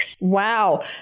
Wow